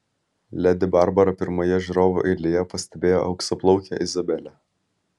ledi barbara pirmoje žiūrovų eilėje pastebėjo auksaplaukę izabelę